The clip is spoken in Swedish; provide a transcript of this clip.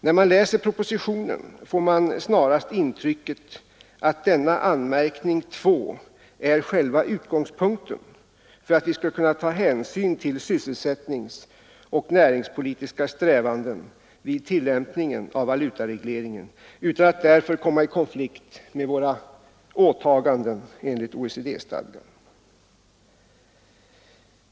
När man läser propositionen får man snarast intrycket att anmärkning 2 är själva utgångspunkten för att vi skall kunna ta hänsyn till sysselsättningsoch näringspolitiska strävanden vid tillämpningen av valutaregleringen utan att därför komma i konflikt med våra åtaganden enligt OECD-stadgan.